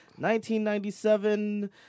1997